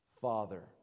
Father